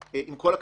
שעם כל הכבוד,